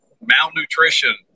malnutrition